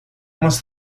must